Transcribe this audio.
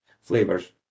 flavors